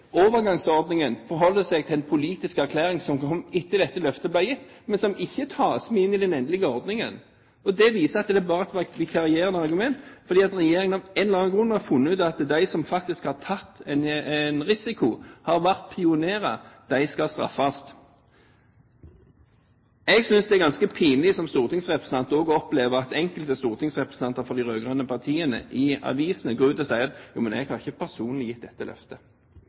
overgangsordningen forholder seg til en politisk erklæring som kom etter dette løftet ble gitt, men som ikke tas med inn i den endelige ordningen. Det viser at det bare var et vikarierende argument, fordi regjeringen av en eller annen grunn har funnet ut at de som faktisk har tatt en risiko og vært pionerer, skal straffes. Jeg synes det er ganske pinlig som stortingsrepresentant å oppleve at enkelte stortingsrepresentanter fra de rød-grønne partiene i avisene går ut og sier: Jeg har ikke personlig gitt dette løftet.